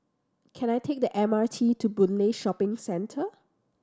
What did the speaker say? can I take the M R T to Boon Lay Shopping Centre